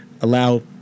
allow